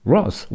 Ross